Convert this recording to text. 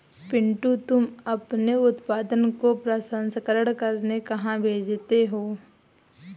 पिंटू तुम अपने उत्पादन को प्रसंस्करण करने कहां भेजते हो?